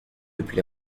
depuis